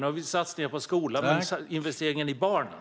Nu har vi satsningar på skolan, men hur är det med investeringen i barnen?